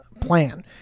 plan